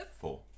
Four